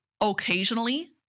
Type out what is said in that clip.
Occasionally